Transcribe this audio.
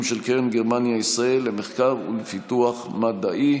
של קרן גרמניה-ישראל למחקר ולפיתוח מדעי.